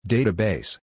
Database